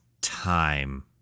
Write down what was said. time